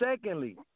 Secondly